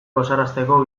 gozarazteko